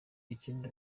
ikindi